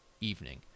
evening